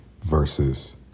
versus